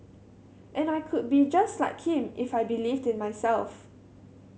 and I could be just like him if I believed in myself